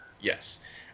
Yes